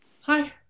Hi